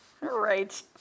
Right